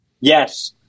Yes